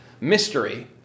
mystery